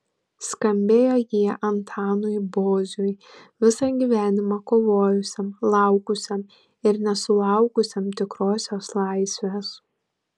skambėjo jie antanui boziui visą gyvenimą kovojusiam laukusiam ir nesulaukusiam tikrosios laisvės